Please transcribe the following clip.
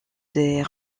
des